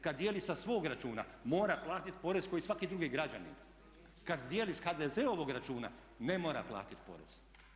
Kad dijeli sa svog računa mora platiti porez kao i svaki drugi građanin, kad dijeli sa HDZ-ovog računa ne mora platiti porez.